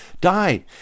died